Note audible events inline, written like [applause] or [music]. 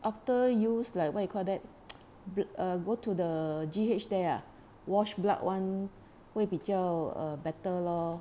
after use like what you call that [noise] blo~ go to the G_H there wash blood [one] 会比较 err better lor